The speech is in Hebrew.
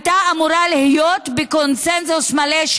הייתה אמורה להיות בקונסנזוס מלא,